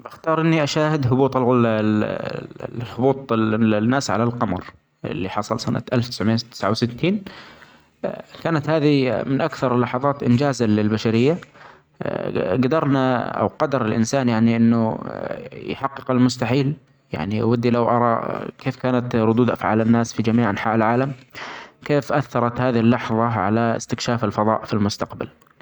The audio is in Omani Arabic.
بختار إني أشاهد هبوط هبوط الناس علي القمر، اللي حصل سنة الف تسعمائة وتسعة وستين كانت هدي من أكثر اللحظات إنجازا للبشرية ، جدرنا أو جدر الإنسان يعني أنه يحقق المستحيل يعني ودي لو أري كيف كانت ردود أفعال الناس في جميع أنحاء العالم ، كيف أثرت هذه اللحظة علي إستكشاف الفظاء في المستقبل.